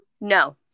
No